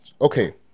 Okay